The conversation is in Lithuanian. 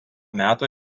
meto